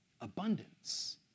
Abundance